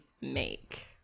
make